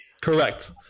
Correct